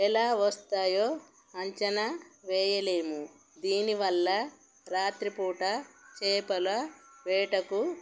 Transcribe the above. ఎలా వస్తాయో అంచనా వేయలేము దీనివల్ల రాత్రిపూట చేపల వేటకు